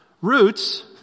Roots